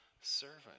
servant